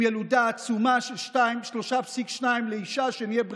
עם ילודה עצומה של 3.2 לאישה, שנהיה בריאים,